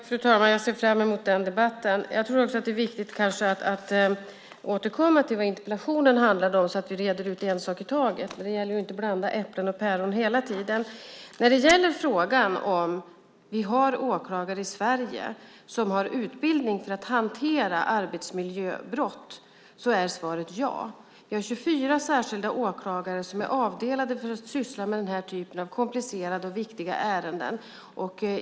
Fru talman! Jag ser fram emot debatten då. Jag tror också att det är viktigt att återkomma till vad interpellationen handlade om så att vi reder ut en sak i taget. Det gäller att inte blanda äpplen och päron hela tiden. När det gäller frågan om vi har åklagare i Sverige som har utbildning för att hantera arbetsmiljöbrott är svaret ja. Vi har 24 särskilda åklagare som är avdelade för att syssla med den här typen av komplicerade och viktiga ärenden.